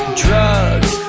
drugs